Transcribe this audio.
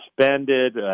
suspended